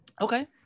Okay